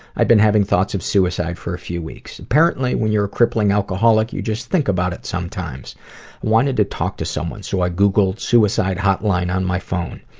i had been having thoughts of suicide for a few weeks. apparently when you are a crippling alcoholic, you just think about it sometimes. i wanted to talk to someone so i googled suicide hotline on my phone.